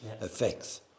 effects